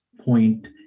point